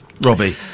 robbie